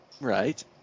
Right